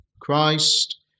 Christ